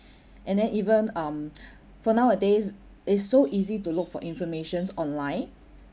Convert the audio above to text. and then even um for nowadays it's so easy to look for informations online